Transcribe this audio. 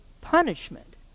punishment